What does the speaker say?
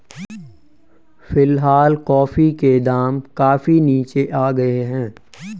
फिलहाल कॉफी के दाम काफी नीचे आ गए हैं